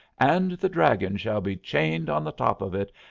and the dragon shall be chained on the top of it,